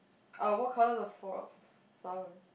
uh what colour the four flower